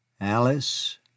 Alice